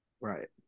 Right